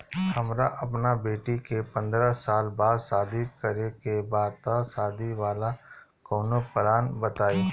हमरा अपना बेटी के पंद्रह साल बाद शादी करे के बा त शादी वाला कऊनो प्लान बताई?